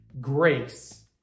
grace